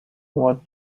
what